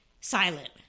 silent